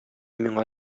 миңа